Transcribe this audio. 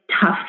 tough